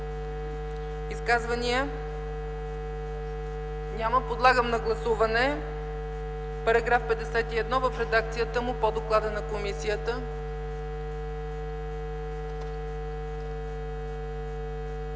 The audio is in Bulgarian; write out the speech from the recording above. Изказвания? Няма. Подлагам на гласуване § 8 в редакцията по доклада на комисията.